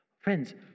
Friends